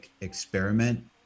experiment